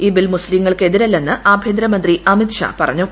ഈ ബിൽ മുസ്തീങ്ങൾക്ക് എതിരല്ലെന്ന് ആഭ്യന്തരമന്ത്രി അമിത്ഷാ പറഞ്ഞു